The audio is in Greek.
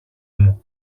μου